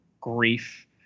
grief